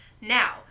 Now